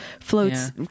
floats